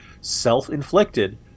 self-inflicted